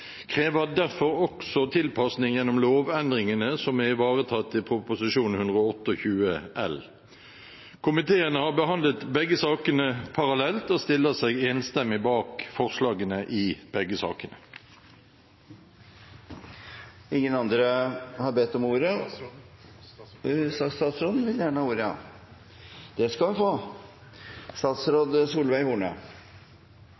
krever derfor også tilpasning gjennom lovendringene som er ivaretatt i Prop. 128 L. Komiteen har behandlet begge sakene parallelt og stiller seg enstemmig bak forslagene i begge sakene.